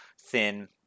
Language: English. thin